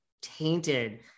tainted